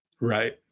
Right